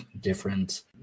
different